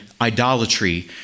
idolatry